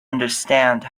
understand